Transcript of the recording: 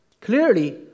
Clearly